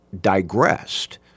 digressed